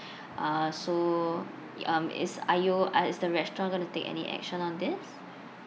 uh so y~ um is are you uh is the restaurant going to take any action on this